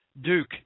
Duke